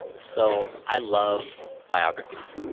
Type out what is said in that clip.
so, i love biographies.